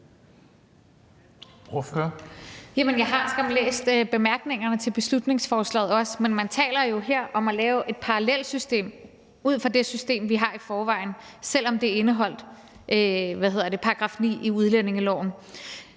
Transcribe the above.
Jeg har skam læst bemærkningerne til beslutningsforslaget, men man taler jo her om at lave et parallelsystem til det system, vi har i forvejen, selv om det indeholder § 9 i udlændingeloven.